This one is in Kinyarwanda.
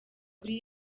kuri